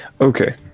Okay